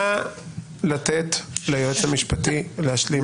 חברים, נא לתת ליועץ המשפטי להשלים.